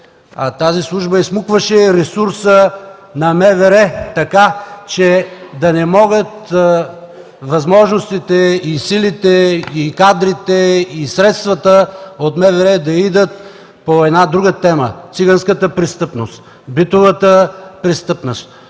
Тази служба изсмукваше ресурса на МВР, така че да не могат възможностите и силите, кадрите и средствата от МВР да отидат по една друга тема – циганската престъпност, битовата престъпност.